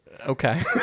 Okay